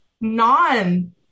non-